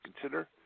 consider